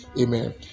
Amen